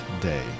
day